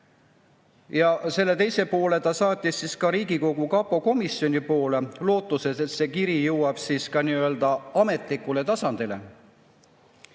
Ja selle teise poole ta saatis Riigikogu kapokomisjoni poole lootuses, et see kiri jõuab ka nii‑öelda ametlikule tasandile.